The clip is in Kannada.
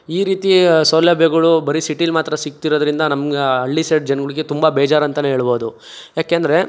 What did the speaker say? ಈ ರೀತಿ ಸೌಲಭ್ಯಗಳು ಬರಿ ಸಿಟಿಲಿ ಮಾತ್ರ ಸಿಗ್ತಿರೋದ್ರಿಂದ ನಮ್ಗೆ ಹಳ್ಳಿ ಸೈಡ್ ಜನಗಳ್ಗೆ ತುಂಬ ಬೇಜಾರಂತ ಹೇಳ್ಬೌದು ಯಾಕೆಂದರೆ